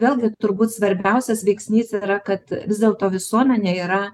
vėlgi turbūt svarbiausias veiksnys yra kad vis dėlto visuomenė yra